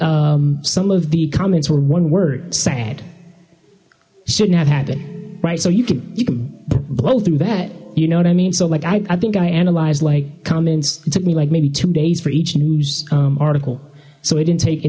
the some of the comments were one word sad shouldn't have happened right so you can you blow through that you know what i mean so like i think i analyzed like comments it took me like maybe two days for each news article so i didn't take it